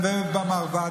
במרב"ד,